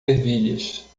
ervilhas